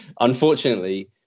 unfortunately